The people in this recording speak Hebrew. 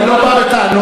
אני לא בא בטענות,